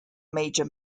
major